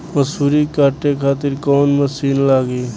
मसूरी काटे खातिर कोवन मसिन लागी?